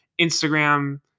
Instagram